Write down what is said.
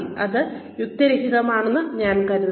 അത് യുക്തിരഹിതമാണെന്ന് ഞാൻ കരുതുന്നു